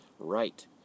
right